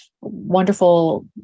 wonderful